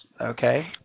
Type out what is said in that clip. okay